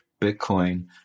Bitcoin